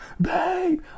Babe